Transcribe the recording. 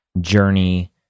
journey